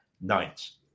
nights